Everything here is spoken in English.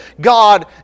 God